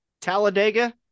Talladega